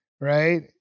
right